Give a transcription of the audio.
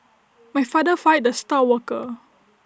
my father fired the star worker